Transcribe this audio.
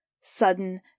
Sudden